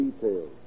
details